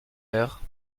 heure